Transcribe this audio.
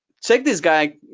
check this guy.